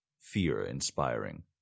fear-inspiring